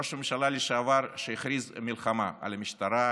ראש הממשלה לשעבר הכריז מלחמה על המשטרה,